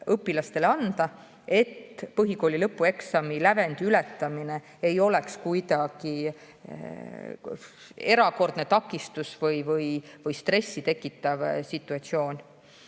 õpilastele anda, et põhikooli lõpueksami lävendi ületamine ei oleks kuidagi erakordne takistus või stressi tekitav situatsioon.